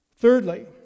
Thirdly